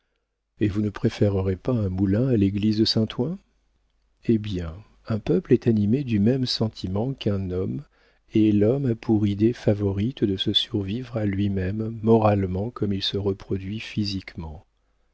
et vous ne préférerez pas un moulin à l'église de saint-ouen eh bien un peuple est animé du même sentiment qu'un homme et l'homme a pour idée favorite de se survivre à lui-même moralement comme il se reproduit physiquement